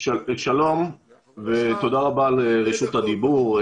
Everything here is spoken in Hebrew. שלום ותודה רבה על רשות הדיבור.